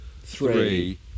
three